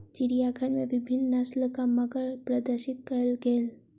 चिड़ियाघर में विभिन्न नस्लक मगर प्रदर्शित कयल गेल